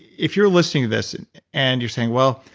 if you're listening to this and you're saying well,